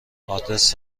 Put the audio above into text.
آدرس